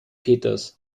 peters